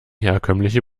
herkömmliche